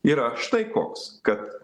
yra štai koks kad